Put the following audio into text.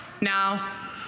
Now